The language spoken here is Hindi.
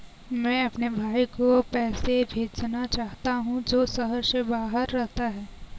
मैं अपने भाई को पैसे भेजना चाहता हूँ जो शहर से बाहर रहता है